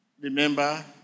Remember